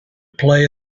play